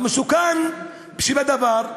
המסוכן שבדבר,